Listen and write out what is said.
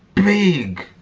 big